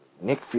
Nick